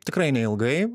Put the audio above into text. tikrai neilgai